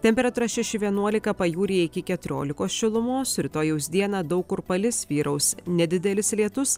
temperatūra šeši vienuolika pajūryje iki keturiolikos šilumos rytojaus dieną daug kur palis vyraus nedidelis lietus